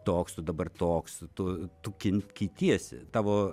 toks tu dabar toks tu tu ken keitiesi tavo